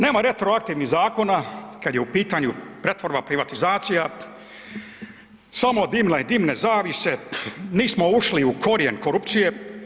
Nema retroaktivnih zakona kad je u pitanju pretvorba, privatizacija, samo dimna i dimne zavjese, nismo ušli u korijen korupcije.